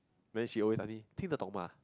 then she always ask me 听得懂吗: ting de dong ma